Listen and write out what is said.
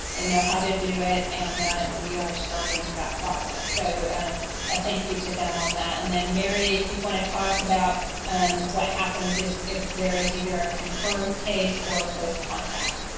they know how to do it, and that we are starting that process. so a thank you to them on that. and then merry if you wanna talk about and what happens if if there is either a confirmed case or close contact.